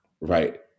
right